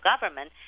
government